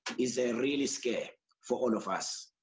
is really scary for all of us.